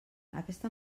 aquesta